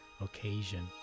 occasion